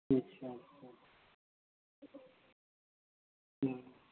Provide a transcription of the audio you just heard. अच्छा अच्छा हाँ